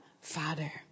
father